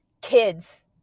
kids